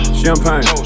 champagne